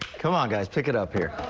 come on, guys. pick it up here.